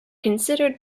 considered